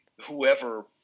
whoever